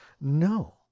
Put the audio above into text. No